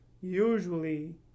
usually